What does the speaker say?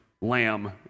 lamb